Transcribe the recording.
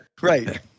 right